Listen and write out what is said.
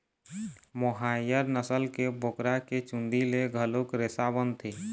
मोहायर नसल के बोकरा के चूंदी ले घलोक रेसा बनथे